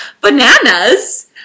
Bananas